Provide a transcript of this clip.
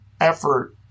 effort